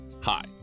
Hi